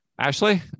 Ashley